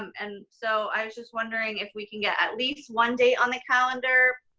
and so i was just wondering if we can get at least one day on the calendar,